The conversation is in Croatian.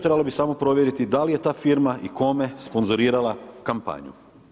Trebalo bi samo provjeriti da li je ta firma i kome sponzorirala kampanju.